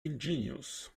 ingenious